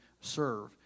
serve